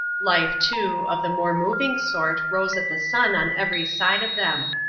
life, too, of the more moving sort rose at the sun on every side of them.